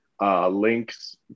Links